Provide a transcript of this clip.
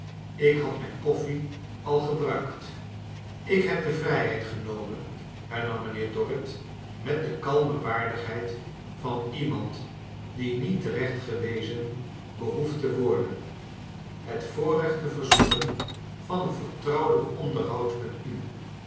ik had mijn koffie al gebruikt ik heb de vrijheid genomen hernam mijnheer dorrit met de kalme waardigheid van iemand die niet terechtgewezen behoeft te worden het voorrecht te verzoeken van een vertrouwelijk onderhoud met u